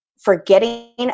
forgetting